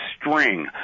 string